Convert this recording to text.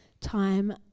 time